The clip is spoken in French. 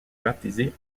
baptisé